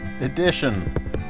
edition